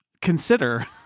consider